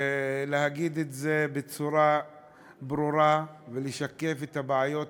להגיד את זה בצורה ברורה ולשקף את הבעיות היומיומיות,